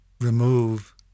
remove